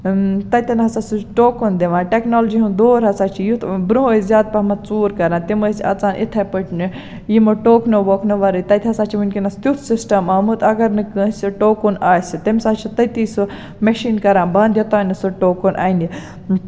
تَتٮ۪ن ہسا سُہ ٹوکُن دِوان ٹیکنالجی ہُند دور ہسا چھُ یُتھ برونٛہہ ٲسۍ زیادٕ پَہمَتھ ژوٗر کران تِم ٲسۍ اَژان یِتھٕے پٲٹھۍ یِمو ٹوکنو ووٚکنو وَرٲے تَتہِ ہسا چھُ ؤنکیٚنس تیُتھ سِسٹم آمُت اَگر نہٕ کٲنٛسہِ ٹوکُن آسہِ تٔمِس حظ چھُ تٔتی سُہ میشیٖن کران بَند یوتانۍ سُہ ٹوکُن اَنہِ